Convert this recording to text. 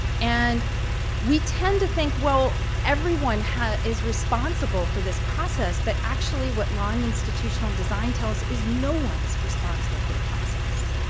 and we tend to think, well, everyone is responsible for this process. but actually, what law and institutional design tell us is no one's responsible for the process.